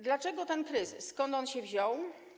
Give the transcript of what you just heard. Dlaczego jest ten kryzys, skąd on się wziął?